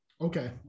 Okay